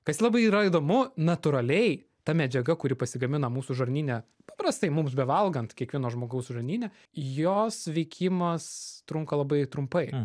kas labai yra įdomu natūraliai ta medžiaga kuri pasigamina mūsų žarnyne paprastai mums bevalgant kiekvieno žmogaus žarnyne jos veikimas trunka labai trumpai